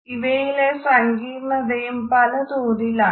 ഇവയിലെ സങ്കീർണ്ണതകളും പല തോതിലാണ്